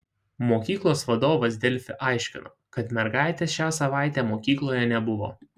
mokyklos vadovas delfi aiškino kad mergaitės šią savaitę mokykloje nebuvo